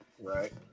Right